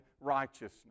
righteousness